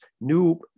new